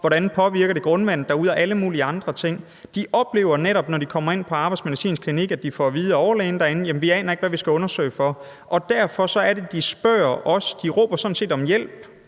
hvordan det påvirker grundvandet derude, og alle mulige andre ting. De oplever netop, når de kommer ind på den arbejdsmedicinske klinik, at de får at vide af overlægen derinde, at overlægen ikke aner, hvad de skal undersøge for. Derfor er det, at de spørger os. De råber sådan set om hjælp